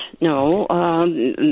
No